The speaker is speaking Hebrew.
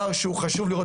חשוב.